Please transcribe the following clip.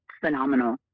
phenomenal